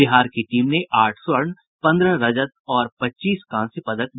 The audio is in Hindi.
बिहार की टीम ने आठ स्वर्ण पंद्रह रजत और पच्चीस कांस्य पदक जीते